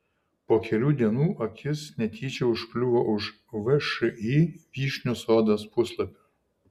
po kelių dienų akis netyčia užkliuvo už všį vyšnių sodas puslapio